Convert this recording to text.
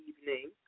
evening